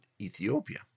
Ethiopia